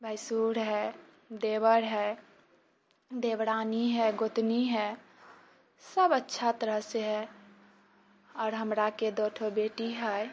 भैंसुर है देवर है देवरानी है गोतनी है सब अच्छा तरहसँ है आओर हमराके दो ठो बेटी है